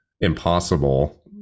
impossible